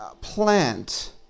plant